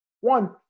one